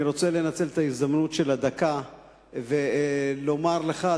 אני רוצה לנצל את ההזדמנות של דקה ולומר לך,